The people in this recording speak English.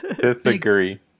Disagree